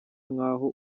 nkaho